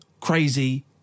crazy